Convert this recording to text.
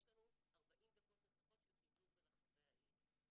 לנו 40 דקות נוספות של פיזור ברחבי העיר.